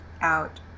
out